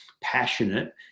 passionate